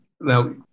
now